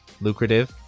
lucrative